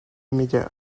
media